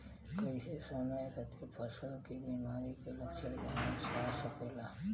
कइसे समय रहते फसल में बिमारी के लक्षण जानल जा सकेला?